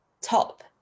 top